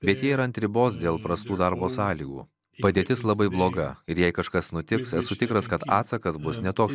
bet ji yra ant ribos dėl prastų darbo sąlygų padėtis labai bloga ir jei kažkas nutiks esu tikras kad atsakas bus ne toks